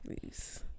please